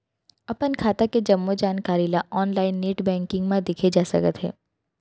अपन खाता के जम्मो जानकारी ल ऑनलाइन नेट बैंकिंग म देखे जा सकत हे